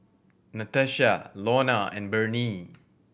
Natasha Launa and Bernie